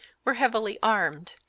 were heavily armed,